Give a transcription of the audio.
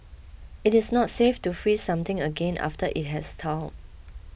it is not safe to freeze something again after it has thawed